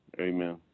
Amen